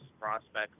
prospects